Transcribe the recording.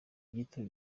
gito